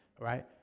Right